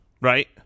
Right